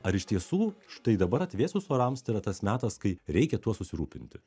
ar iš tiesų štai dabar atvėsus orams tai yra tas metas kai reikia tuo susirūpinti